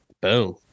Boom